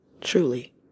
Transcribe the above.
truly